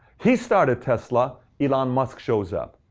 he started tesla. elon musk shows up.